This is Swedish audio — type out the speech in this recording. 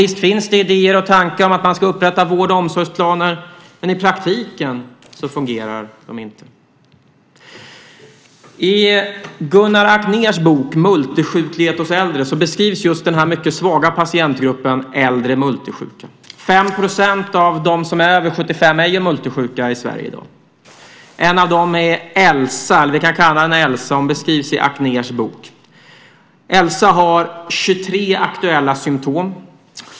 Visst finns det idéer och tankar om att man ska upprätta vård och omsorgsplaner. Men i praktiken fungerar de inte. I Gunnar Akners bok Multisjuklighet hos äldre beskrivs just den mycket svaga patientgruppen äldre multisjuka. 5 % av dem som är över 75 år är multisjuka i Sverige i dag. En av dem kan vi kalla Elsa. Hon beskrivs i Akners bok. Elsa har 23 aktuella symtom.